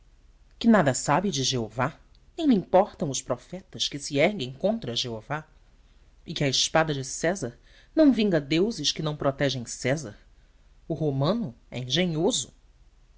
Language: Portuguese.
que nada sabe de jeová nem lhe importam os profetas que se erguem contra jeová e que a espada de césar não vinga deuses que não protegem césar o romano é engenhoso